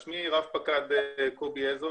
שמי רפ"ק קובי עזרא,